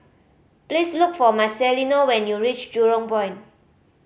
please look for Marcelino when you reach Jurong Point